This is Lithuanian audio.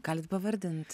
galit pavardint